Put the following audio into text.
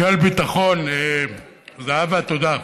של ביטחון, זהבה, תודה.